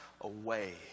away